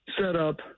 setup